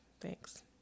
Thanks